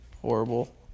horrible